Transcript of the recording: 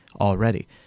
already